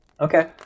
okay